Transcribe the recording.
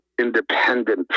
independent